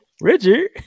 Richard